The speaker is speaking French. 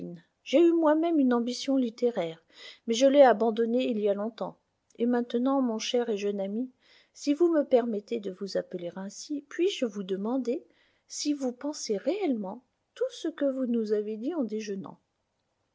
j'ai eu moi-même une ambition littéraire mais je l'ai abandonnée il y a longtemps et maintenant mon cher et jeune ami si vous me permettez de vous appeler ainsi puis-je vous demander si vous pensez réellement tout ce que vous nous avez dit en déjeunant